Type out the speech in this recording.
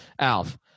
Alf